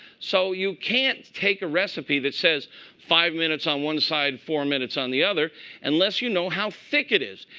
so you can't take a recipe that says five minutes on one side, four minutes on the other unless you know how thick it is.